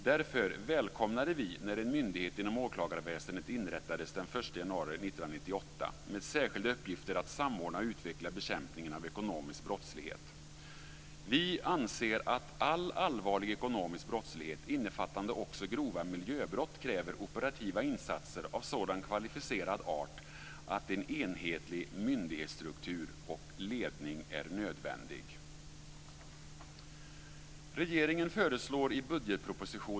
Därför välkomnade vi när en myndighet inom åklagarväsendet inrättades den 1 januari 1998 med särskilda uppgifter att samordna och utveckla bekämpningen av ekonomisk brottslighet. Vi anser att all allvarlig ekonomisk brottslighet, innefattande också grova miljöbrott, kräver operativa insatser av sådan kvalificerad art att en enhetlig myndighetsstruktur och ledning är nödvändig.